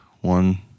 one